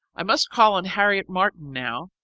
i must call on harriet martin now,